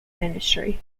ministry